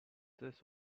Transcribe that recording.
this